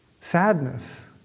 Sadness